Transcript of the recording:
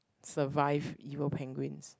survive evil penguins